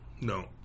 No